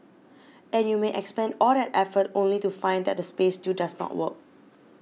and you may expend all that effort only to find that the space still does not work